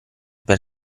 per